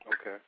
Okay